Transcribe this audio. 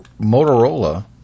Motorola